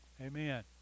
Amen